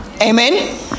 amen